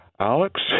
Alex